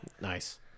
Nice